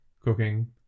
cooking